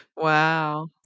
Wow